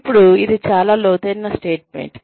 ఇప్పుడు ఇది చాలా లోతైన స్టేట్మెంట్